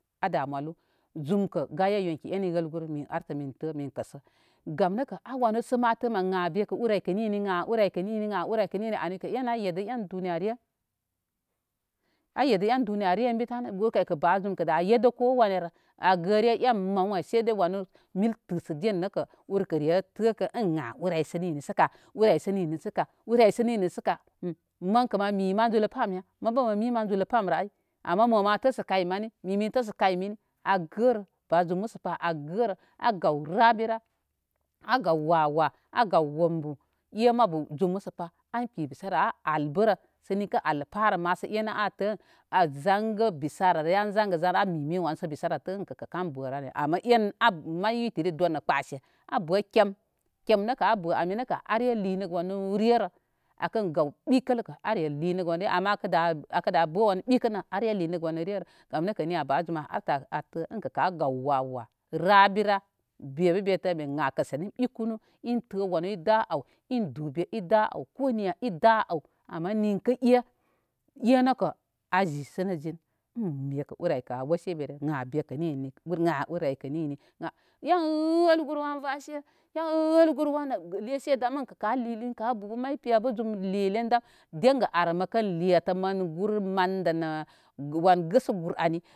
A da malu zum kə gaye yonki eni wəl guru min artə min kəsə, gam nəkə a wanu sə ma tə mən ay ur ay kə ninni ur ay kə ninni ani kə e an a yeddə en zul wuniyarəre, a yeddə en duniyarəren bi tan ur kay kə ba zum da yeddə ko wana rə an gəre en mawən ay seidei wanu mil təsə di an nəkə ur kə ren təkə ən ur ay sə ninni sə ka, ur ay sə ninni sə ka, hmm mənkə mən mi mən zulə pa am ya, mən bə mə mi mən zuləm pa amrə ay, ama mo mən təsə kay mani, mi min təsə kay a gərə bazum məsəpá, a gərə a gaw rabira, a gaw wa wa, a gaw wombu e mabu zum məsəpa an kpi bisara a al bərə sə ninkə al pakəma se enə a tə a zangə bisara ar ayre a zangə a minə min wan sə bisara tə ənkə an bərə ama en mari witiri dor nə kpəse abə kem, kem nə kə a bə ani nəkə a re linigə wanu rerə a kan gaw ɓikini kə, are likə wanre ama akə da bə wanu ɓikinirə are linəgə wan rerə gam nəkə niya ba zum an artə an tə ən kə a gaw wá wá, rabira bebə be tə an kəsani ɓikunu in tə wanu in dube i da aw ama ninkə é enəkə a zisənəzin un bekə ur aykə a wosimirə bekə ninnə en wəl guru an vəse en wəl guru wan an lese dam kə a lilin kə bu bun may piya bə zum lelen dengə ar mə kən letə, mən gur mandə